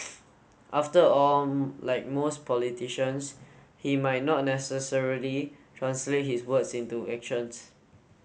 after all like most politicians he might not necessarily translate his words into actions